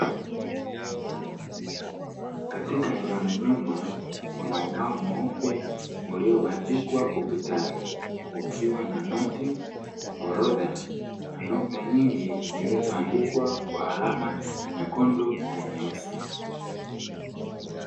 Katika eneo la nyuma kuna ubao mweupe uliobandikwa ukutani ukiwa na noti, orodha na nukta nyingi zilizoandikwa kwa alama nyekundu na nyeusi.